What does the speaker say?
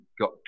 got